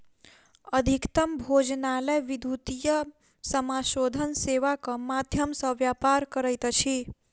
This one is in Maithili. अधिकतम भोजनालय विद्युतीय समाशोधन सेवाक माध्यम सॅ व्यापार करैत अछि